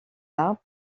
arbres